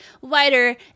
wider